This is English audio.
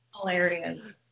Hilarious